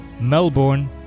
Melbourne